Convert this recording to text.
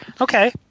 Okay